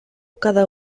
cada